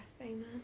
Amen